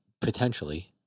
potentially